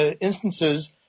instances